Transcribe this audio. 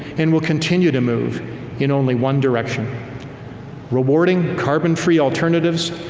and will continue to move in only one direction rewarding carbon-free alternatives,